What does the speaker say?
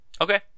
Okay